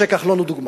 משה כחלון הוא דוגמה.